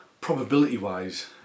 probability-wise